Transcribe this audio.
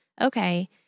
Okay